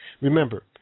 Remember